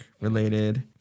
related